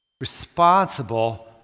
responsible